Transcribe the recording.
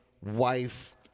wife